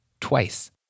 twice